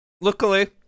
Luckily